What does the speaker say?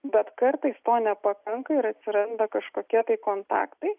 bet kartais to nepakanka ir atsiranda kažkokie tai kontaktai